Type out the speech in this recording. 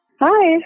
Hi